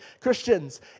Christians